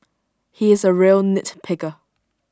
he is A real nitpicker